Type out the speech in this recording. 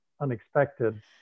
unexpected